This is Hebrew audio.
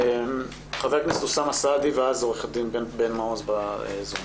חבר הכנסת אוסאמה סעדי, ואז עו"ד בן מעוז בזום.